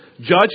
Judge